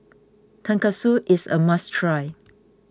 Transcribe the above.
Tonkatsu is a must try